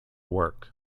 work